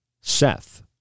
Seth